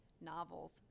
novels